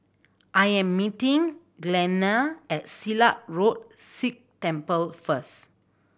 I am meeting Glenna at Silat Road Sikh Temple first